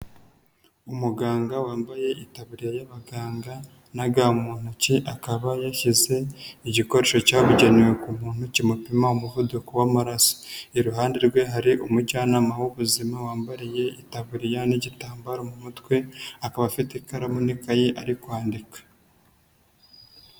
Umuganga wambaye itaburiya y'abaganga na ga mu ntoki akaba yashyize igikoresho cyabugenewe ku muntu kimupima umuvuduko w'amaraso, iruhande rwe hari umujyanama w'ubuzima wambariye itaburiya n'igitambaro mu mutwe akaba afite ikaramu n'ikaye ari kwandika.